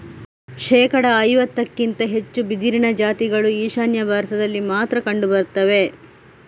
ಶೇಕಡಾ ಐವತ್ತಕ್ಕಿಂತ ಹೆಚ್ಚು ಬಿದಿರಿನ ಜಾತಿಗಳು ಈಶಾನ್ಯ ಭಾರತದಲ್ಲಿ ಮಾತ್ರ ಕಂಡು ಬರ್ತವೆ